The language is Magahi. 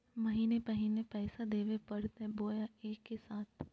महीने महीने पैसा देवे परते बोया एके साथ?